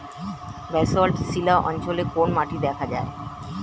Basalt শিলা অঞ্চলে কোন মাটি দেখা যায়?